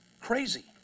crazy